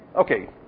Okay